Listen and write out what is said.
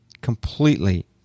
completely